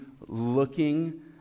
looking